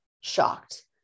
shocked